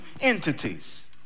entities